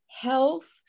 health